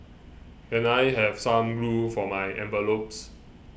can I have some glue for my envelopes